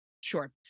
Sure